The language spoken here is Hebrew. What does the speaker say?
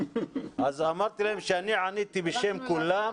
אז אמרתי להם שאני עניתי בשם כולם,